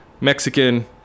mexican